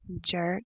Jerk